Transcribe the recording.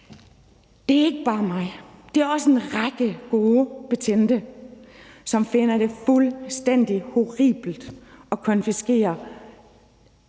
der mener det; det er også en række gode betjente, som finder det fuldstændig horribelt at konfiskere